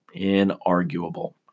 Inarguable